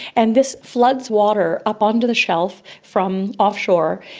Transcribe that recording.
and this floods water up onto the shelf from offshore,